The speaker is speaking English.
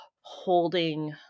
holding